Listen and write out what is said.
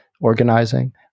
organizing